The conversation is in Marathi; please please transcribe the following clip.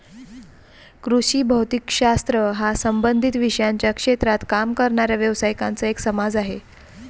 कृषी भौतिक शास्त्र हा संबंधित विषयांच्या क्षेत्रात काम करणाऱ्या व्यावसायिकांचा एक समाज आहे